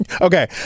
Okay